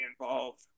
involved